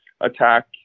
attack